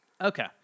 Okay